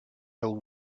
till